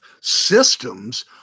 systems